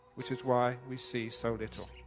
which is why we see so little.